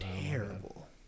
terrible